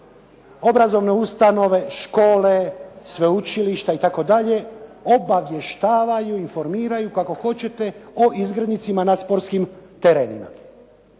obrazovne ustanove, škole, sveučilišta itd. obavještavaju, informiraju kako hoćete o izgrednicima na sportskim terenima.